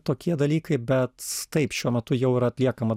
tokie dalykai bet taip šiuo metu jau yra atliekama